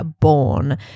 born